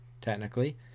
technically